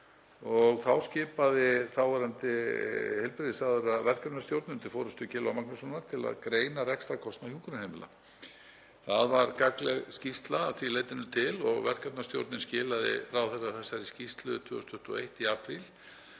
Þá skipaði þáverandi heilbrigðisráðherra verkefnastjórn undir forystu Gylfa Magnússonar til að greina rekstrarkostnað hjúkrunarheimila. Það var gagnleg skýrsla að því leytinu til og verkefnastjórnin skilaði ráðherra þessari skýrslu 2021 í apríl.